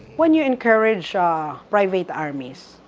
when you encourage um private armies